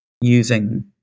using